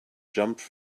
jumped